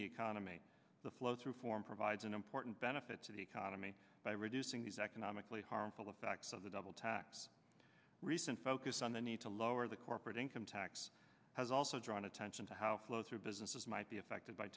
the economy the flow through form provides an important benefit to the economy by reducing these economically harmful effects of the double tax recent focus on the need to lower the corporate income tax has also drawn attention to how closer businesses might be affected by